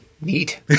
Neat